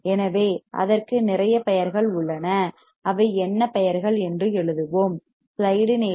எனவே அதற்கு நிறைய பெயர்கள் உள்ளன அவை என்ன பெயர்கள் என்று எழுதுவோம்